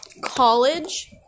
college